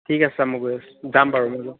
ঠিক আছে ছাৰ মই গৈ আছো যাম বাৰু